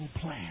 plan